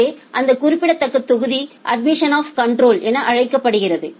எனவே அந்த குறிப்பிட்ட தொகுதி அட்மிஷன் ஆஃப் கன்றோல் என அழைக்கப்படுகிறது